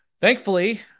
Thankfully